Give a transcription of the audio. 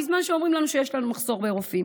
בזמן שאומרים לנו שיש מחסור ברופאים,